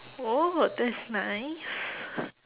oh that's nice